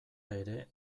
ere